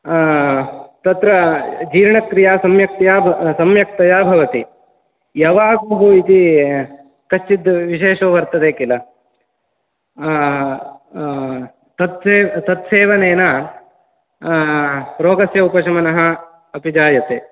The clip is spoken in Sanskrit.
तत्र जीर्णक्रिया सम्यक्तया भ सम्यक्तया भवति यवागुः इति कश्चित् विशेषो वर्तते खिल तत्से तत्सेवनेन रोगस्य उपशमनः अपि जायते